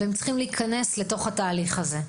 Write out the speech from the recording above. הן צריכות להיכנס לתהליך הזה,